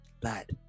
bad